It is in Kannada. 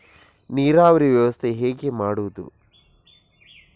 ನೀರಾವರಿ ವ್ಯವಸ್ಥೆ ಹೇಗೆ ಮಾಡುವುದು?